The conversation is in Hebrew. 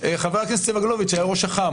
חבר הכנסת סגלוביץ' היה ראש אח"מ,